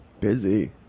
Busy